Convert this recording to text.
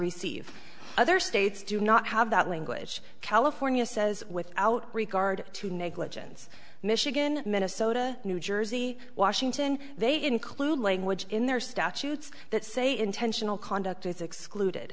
receive other states do not have that language california says without regard to negligence michigan minnesota new jersey washington they include language in their statutes that say intentional conduct is excluded